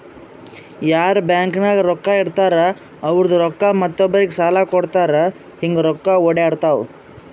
ಯಾರ್ ಬ್ಯಾಂಕ್ ನಾಗ್ ರೊಕ್ಕಾ ಇಡ್ತಾರ ಅವ್ರದು ರೊಕ್ಕಾ ಮತ್ತೊಬ್ಬರಿಗ್ ಸಾಲ ಕೊಡ್ತಾರ್ ಹಿಂಗ್ ರೊಕ್ಕಾ ಒಡ್ಯಾಡ್ತಾವ